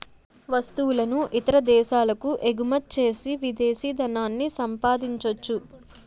వస్తువులను ఇతర దేశాలకు ఎగుమచ్చేసి విదేశీ ధనాన్ని సంపాదించొచ్చు